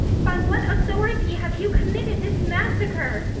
by what authority have you committed this massacre?